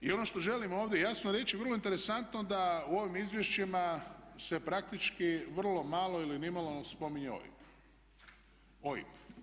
I ono što želim ovdje jasno reći vrlo interesantno da se u ovim izvješćima se praktički vrlo malo ili nimalo ne spominje OIB.